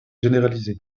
généraliser